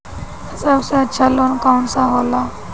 सबसे अच्छा लोन कौन सा होला?